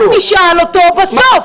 לא, אז תשאל אותו בסוף.